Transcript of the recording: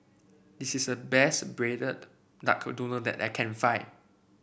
this is the best Braised Duck Noodle that I can find